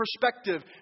perspective